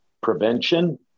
prevention